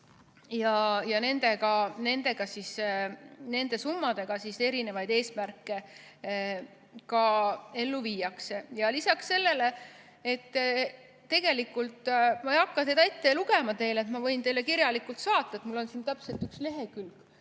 ja nende summadega erinevaid eesmärke ka ellu viiakse. Lisaks sellele ... Tegelikult ma ei hakka seda ette lugema, ma võin teile kirjalikult saata, mul on siin täpselt üks lehekülg